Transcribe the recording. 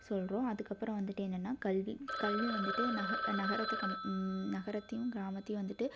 சொல்கிறோம் அதுக்கப்புறம் வந்துட்டு என்னன்னா கல்வி கல்வி வந்துட்டு நகரத்துக்கு நகரத்தையும் கிராமத்தையும் வந்துட்டு